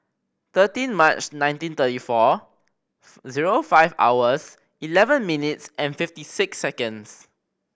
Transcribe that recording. thirteen March nineteen thirty four zero five hours eleven minutes and fifty six seconds